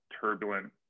turbulent